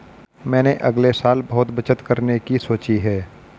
मैंने अगले साल बहुत बचत करने की सोची है